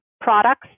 products